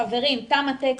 חברים תם הטקס.